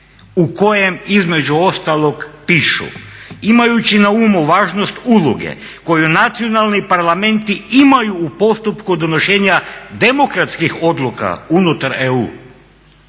u kojem između ostalog pišu: "Imajući na umu važnost uloge koju nacionalni parlamenti imaju u postupku donošenja demokratskih odluka unutar EU